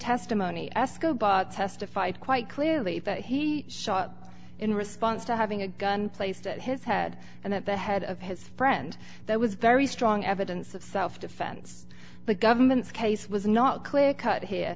escobar testified quite clearly that he shot in response to having a gun placed at his head and that the head of his friend that was very strong evidence of self defense the government's case was not clear cut h